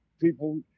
people